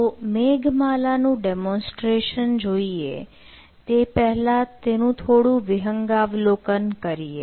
તો મેઘમાલા નું ડેમોન્સ્ટ્રેશન જોઈએ તે પહેલા તેનું થોડું વિહંગાવલોકન કરીએ